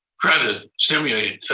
credit stimulating,